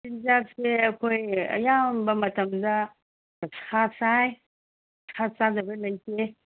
ꯆꯤꯟꯖꯥꯛꯁꯦ ꯑꯩꯈꯣꯏ ꯑꯌꯥꯝꯕ ꯃꯇꯝꯗ ꯑꯣꯛꯁꯥ ꯆꯥꯏ ꯁꯥ ꯆꯥꯗꯕ ꯂꯩꯇꯦ